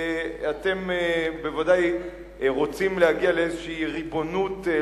אתם בוודאי רוצים להגיע לאיזו ריבונות,